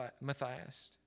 Matthias